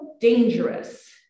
dangerous